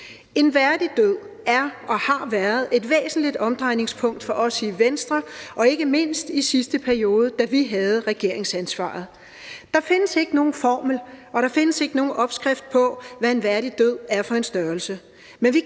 En værdig død er og har været et væsentligt omdrejningspunkt for os i Venstre, og ikke mindst i sidste periode, da vi havde regeringsansvaret. Der findes ikke nogen formel for eller opskrift på, hvad en værdig død er for en størrelse,